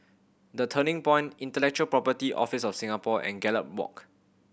The Turning Point Intellectual Property Office of Singapore and Gallop Walk